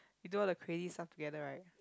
we do the crazy stuff together right